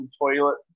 toilet